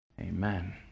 Amen